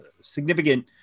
significant